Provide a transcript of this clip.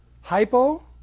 hypo